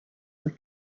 were